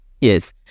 yes